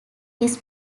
his